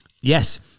Yes